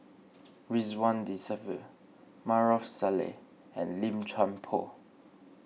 Ridzwan Dzafir Maarof Salleh and Lim Chuan Poh